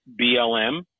BLM